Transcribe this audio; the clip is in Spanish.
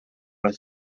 las